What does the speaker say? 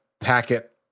packet